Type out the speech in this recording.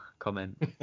comment